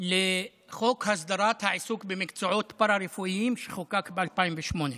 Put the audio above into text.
לחוק הסדרת העיסוק במקצועות פארה-רפואיים שחוקק ב-2008.